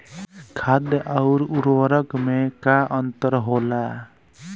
खाद्य आउर उर्वरक में का अंतर होला?